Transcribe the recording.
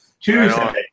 Tuesday